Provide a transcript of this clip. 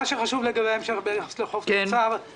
מה שחשוב לגבי ההמשך ביחס לחוב תוצר,